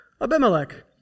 Abimelech